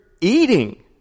eating